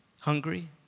Hungry